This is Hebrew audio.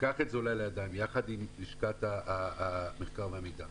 קח את זה לידיים יחד עם לשכת המחקר והמידע.